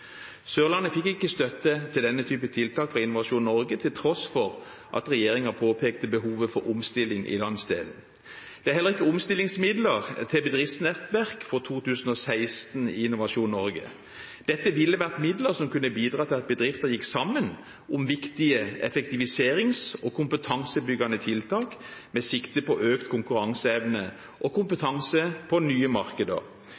Sørlandet fikk ikke støtte til denne typen tiltak fra Innovasjon Norge, til tross for at regjeringen påpekte behovet for omstilling i landsdelen. Det er heller ikke omstillingsmidler til bedriftsnettverk for 2016 i Innovasjon Norge. Dette ville vært midler som kunne bidratt til at bedrifter gikk sammen om viktige effektiviserings- og kompetansebyggende tiltak, med sikte på økt konkurranseevne og